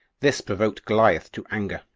this provoked goliath to anger,